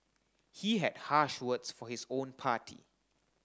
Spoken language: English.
he had harsh words for his own party